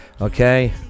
okay